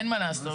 אין מה לעשות.